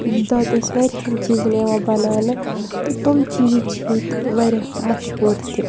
دۄدھَس واریاہَن چیٖزَن یِوان بَناونہٕ تہٕ تِم چیٖز چھِ ییٚتہِ واریاہ مَشہوٗر تہِ